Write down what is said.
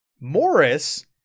morris